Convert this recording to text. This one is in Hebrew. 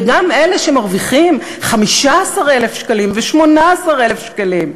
וגם אלה שמרוויחים 15,000 שקלים ו-18,000 שקלים,